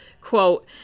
quote